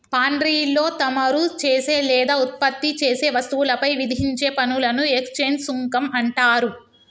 పాన్ట్రీలో తమరు చేసే లేదా ఉత్పత్తి చేసే వస్తువులపై విధించే పనులను ఎక్స్చేంజ్ సుంకం అంటారు